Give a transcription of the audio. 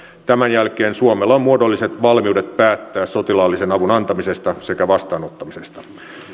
tämän jälkeen suomella on muodolliset valmiudet päättää sotilaallisen avun antamisesta sekä vastaanottamisesta